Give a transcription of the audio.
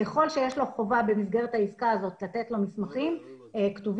ככל שיש לו חובה במסגרת העסקה הזאת לתת לו מסמכים כתובים,